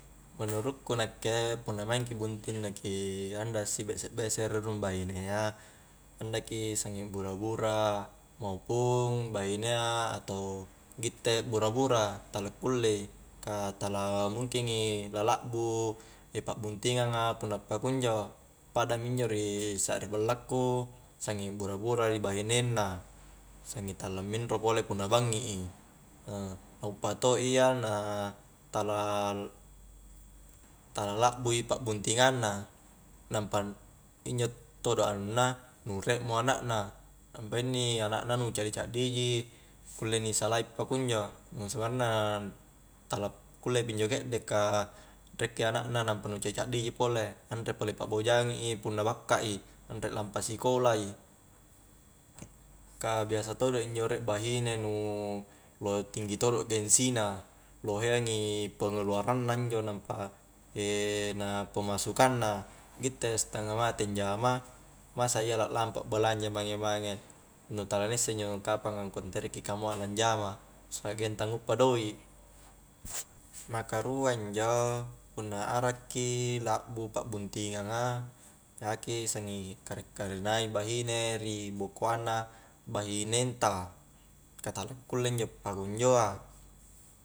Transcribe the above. Menurukku nakke punna maing ki bunting na ki anda si bese'-besere rung bahinea andaki sanging bura-bura maupung bahinea atau gitte akbura-bura, tala kullei, ka tala mungkingi la lakbu pakbuntingang a punna pukunjo, pada mi injo ri sakri ballaku sanging bura-bura ri bahinenna, sanging tala minro pole punna bangngi i na uppa to iya na tala tala lakbui pa'buntingang na, nampa injo todo' anunna nu riek mo anakna, nampa inni anakna nu caddi-caddi ji kulle ni salai pakunjo nu sebenarna tala kulle pi injo kedde ka riekki anakna nampa nu caddi-caddi ji pole, anre pole pa'bojangi i punna bakka i, anre lampasikola i ka biasa todo' injo riek bahine lohe tinngi todo gengsi na, loheangi pengeluaranna injo nampa na pemasukang na gitte setengah mate anjama masa iya laklampa balanja mange-mange nu tala na isse injo kapang angkua ntere ki kamua lanjama sa'genta nguppa doik maka rua injo punna arak ki lakbu pabuntingang a aki sanging kare-karenai bahine ri bokoang na bahinenta, ka tala kulle injo pakunjoa